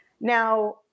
Now